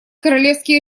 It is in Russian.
королевские